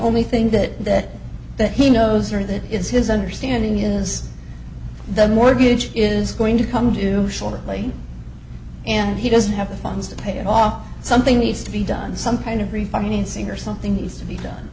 only thing that that he knows or that is his understanding is that mortgage is going to come due shortly and he doesn't have the funds to pay it off something needs to be done some kind of refinancing or something needs to be done